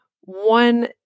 One